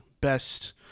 best